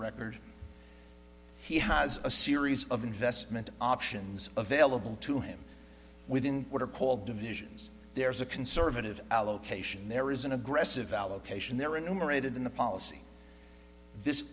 record he has a series of investment options available to him within what are called divisions there's a conservative allocation there is an aggressive allocation there are numerated in the policy this